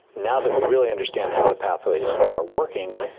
now that we really understand how the pathways are working,